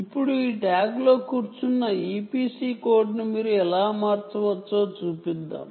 ఇప్పుడు ఈ ట్యాగ్లో కూర్చున్న EPC కోడ్ను మీరు ఎలా మార్చవచ్చో చూపిద్దాం